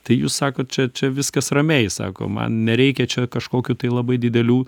tai jūs sako čia čia viskas ramiai sako man nereikia čia kažkokių tai labai didelių